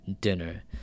dinner